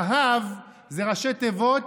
זה"ב זה ראשי תיבות,